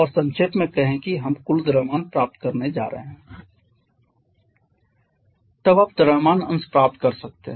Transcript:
और संक्षेप में कहें कि हम कुल द्रव्यमान प्राप्त करने जा रहे हैं तब आप द्रव्यमान अंश प्राप्त कर सकते हैं